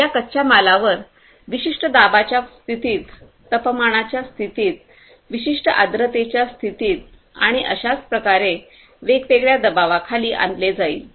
या कच्च्या मालावर विशिष्ट दाबांच्या स्थितीत तपमानाच्या स्थितीत विशिष्ट आर्द्रतेच्या स्थितीत आणि अशाच प्रकारे वेगवेगळ्या दबावाखाली आणले जाईल